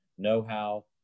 know-how